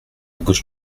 gauche